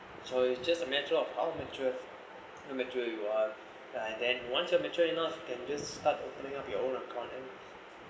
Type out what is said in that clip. so it's just a matter of how mature mature you are uh and then once you're mature enough can just start opening up your own account and